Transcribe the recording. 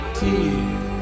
tear